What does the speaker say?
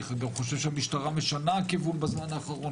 אני גם חושב שהמשטרה משנה כיוון בזמן האחרון,